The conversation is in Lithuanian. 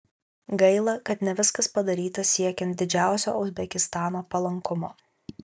gaila kad ne viskas padaryta siekiant didžiausio uzbekistano palankumo